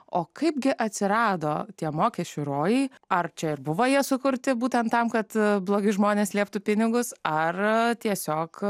o kaipgi atsirado tie mokesčių rojai ar čia ir buvo jie sukurti būtent tam kad blogi žmonės slėptų pinigus ar tiesiog